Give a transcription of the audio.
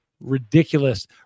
ridiculous